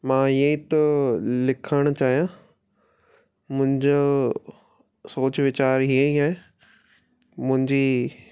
मां हीअ थो लिखण चाहियां मुंहिंजो सोच वीचार हीअं ई आहे मुंहिंजी